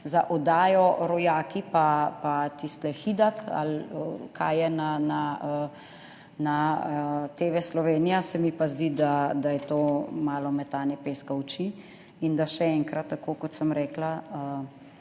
za oddajo Rojaki pa tisti Hidak ali kaj je na TV Slovenija, se mi pa zdi, da je to malo metanje peska v oči. Še enkrat, tako kot sem rekla,